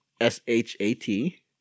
S-H-A-T